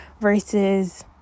versus